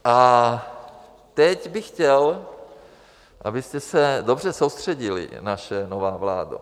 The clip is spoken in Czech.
A teď bych chtěl, abyste se dobře soustředili, naše nová vládo.